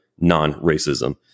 non-racism